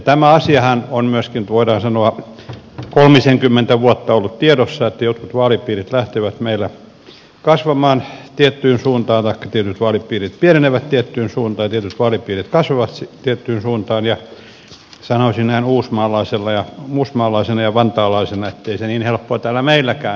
tämä asiahan on myöskin voidaan sanoa kolmisenkymmentä vuotta ollut tiedossa että jotkut vaalipiirit lähtevät meillä kasvamaan tiettyyn suuntaan taikka tietyt vaalipiirit pienenevät tiettyyn suuntaan ja tietyt vaalipiirit kasvavat tiettyyn suuntaan ja sanoisin näin uusmaalaisena ja vantaalaisena että ei se niin helppoa täällä meilläkään ole